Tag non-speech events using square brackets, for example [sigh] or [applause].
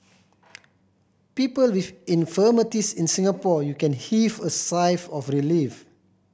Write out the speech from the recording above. people with infirmities in Singapore you can heave a sigh [unintelligible] of relief